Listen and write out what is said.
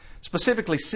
specifically